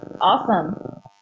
awesome